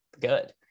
good